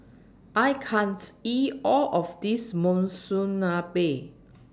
I can't eat All of This Monsunabe